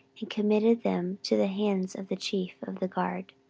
and committed them to the hands of the chief of the guard,